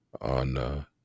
on